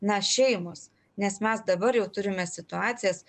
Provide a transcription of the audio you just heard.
na šeimos nes mes dabar jau turime situacijas